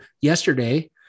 yesterday